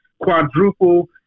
quadruple